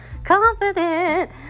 confident